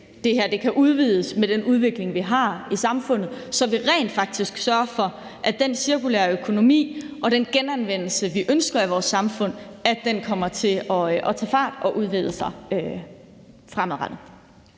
det her kan udvides, med den udvikling, vi har i samfundet, så vi rent faktisk sørger for, at den cirkulære økonomi og den genanvendelse, vi ønsker i vores samfund, kommer til at tage fart og udvide sig fremadrettet.